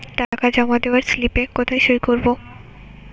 টাকা জমা দেওয়ার স্লিপে কোথায় সই করব?